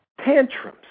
tantrums